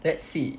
let's see